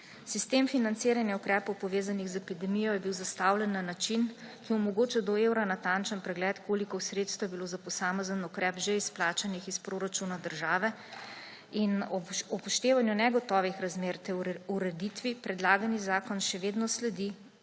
Sistem financiranja ukrepov, povezanih z epidemijo je bil zastavljen na način, ki omogoča do evra natančen pregled, koliko sredstev je bilo za posamezen ukrep že izplačanih iz proračuna države, in ob upoštevanju negotovih razmer ter ureditvi predlagani zakon še vedno sledi